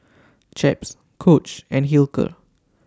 Chaps Coach and Hilker